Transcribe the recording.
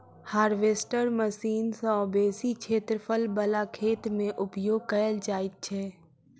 harvester machine सॅ बेसी क्षेत्रफल बला खेत मे उपयोग कयल जाइत छै